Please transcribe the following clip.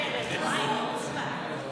מה ששלך שלך, כמו שאופירה אומרת.